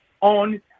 on